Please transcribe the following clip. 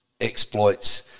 exploits